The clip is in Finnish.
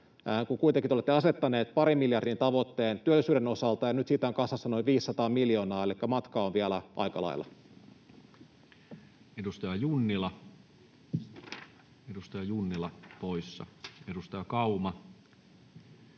kuitenkin te olette asettaneet parin miljardin tavoitteen työllisyyden osalta ja nyt siitä on kasassa noin 500 miljoonaa elikkä matkaa on vielä aika lailla? Edustaja Junnila, edustaja